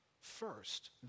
first